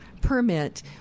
permit